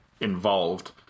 involved